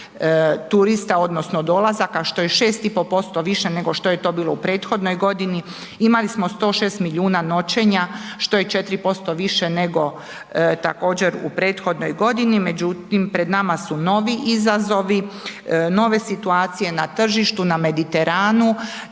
turista, odnosno dolazaka što je 6,5% više nego što je to bilo u prethodnoj godini. Imali smo 106 milijuna noćenja što je 4% više nego također u prethodnoj godini. Međutim, pred nama su novi izazovi, nove situacije na tržištu, na Mediteranu